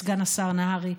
סגן השר נהרי,